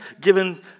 given